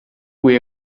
cui